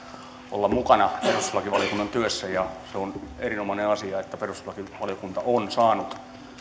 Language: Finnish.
olla mukana perustuslakivaliokunnan työssä ja se on erinomainen asia että perustuslakivaliokunta on saanut